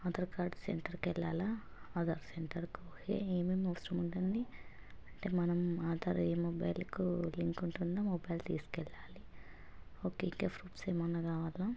Aadhaar card సెంటర్కి వెళ్ళాలా ఆధార్ సెంటర్కి పోయి ఏమేమి అవసరం ఉంటండి అంటే మనం ఆధార్ ఏ మొబైల్కు లింక్ ఉంటున్న మొబైల్ తీసుకెళ్ళాలి ఓకే ఇంకా ఫ్రూఫ్స్ ఏమైనా కావాలా